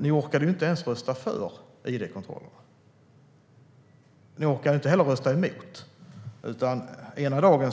Ni orkade ju inte ens rösta för id-kontrollerna, men ni orkade inte heller rösta emot dem. Ena dagen